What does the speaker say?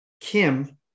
Kim